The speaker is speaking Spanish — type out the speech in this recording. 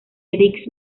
erik